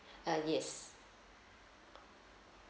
uh yes